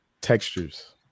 textures